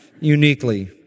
uniquely